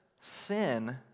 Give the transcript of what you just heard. sin